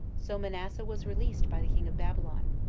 so manasseh was released by the king of babylon,